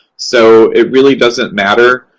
so it really doesn't matter.